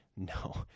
No